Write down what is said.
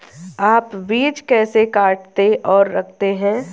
आप बीज कैसे काटते और रखते हैं?